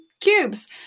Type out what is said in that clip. cubes